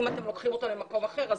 אם אתם לוקחים אותו למקום אחר,